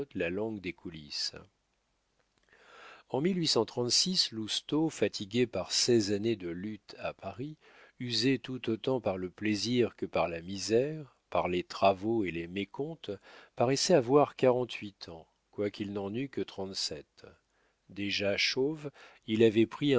la langue des coulisses en louta fatigué par seize années de luttes à paris usé tout autant par le plaisir que par la misère par les travaux et les mécomptes paraissait avoir quarante-huit ans quoiqu'il n'en eût que trente-sept déjà chauve il avait pris